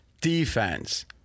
defense